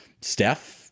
Steph